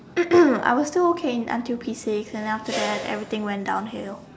I was still okay until P six and then after that everything went downhill